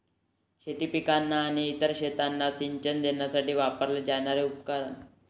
शेती पिकांना आणि इतर शेतांना सिंचन देण्यासाठी वापरले जाणारे उपकरण